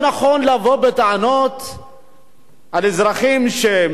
לאזרחים שבאמת מתבטאים בצורה חריפה.